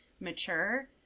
mature